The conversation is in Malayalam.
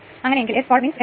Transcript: അതിനാൽ 3 2 0